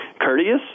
courteous